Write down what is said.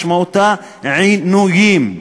משמעותה עינויים".